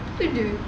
tu jer